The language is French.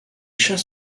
chats